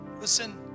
listen